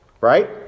right